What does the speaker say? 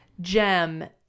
gem